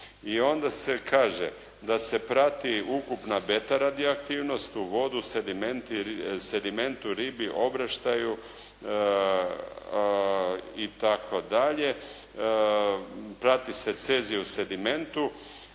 I onda se kaže da se prati ukupna beta radioaktivnost u vodu sedimentu, ribi, obrašataju itd. prati se cezijus u sedimentu.